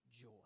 joy